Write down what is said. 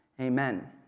Amen